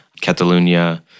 Catalonia